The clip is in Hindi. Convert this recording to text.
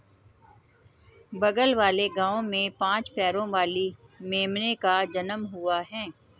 बगल वाले गांव में पांच पैरों वाली मेमने का जन्म हुआ है